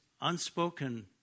unspoken